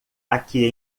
aqui